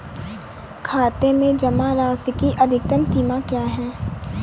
खाते में जमा राशि की अधिकतम सीमा क्या है?